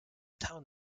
town